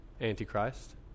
Antichrist